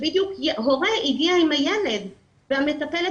כשבדיוק הורה הגיע עם הילד והמטפלת